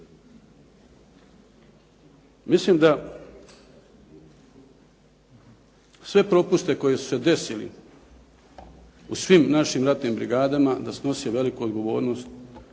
Mislim da sve propuste koji su se desili u svim našim ratnim brigadama da snosi veliku odgovornost